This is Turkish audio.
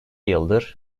yıldır